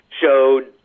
showed